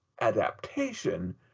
adaptation